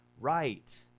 right